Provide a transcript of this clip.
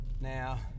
Now